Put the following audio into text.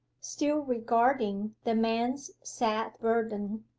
still regarding the men's sad burden.